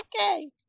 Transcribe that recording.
okay